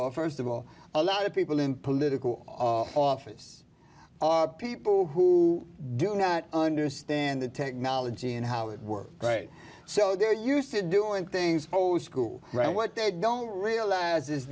all first of all a lot of people in political office are people who do not understand the technology and how it works right so they're used to doing things old school right what they don't realize is